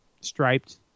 striped